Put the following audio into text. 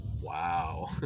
wow